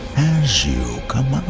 as you command,